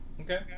Okay